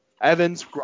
Evans